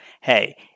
Hey